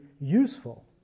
useful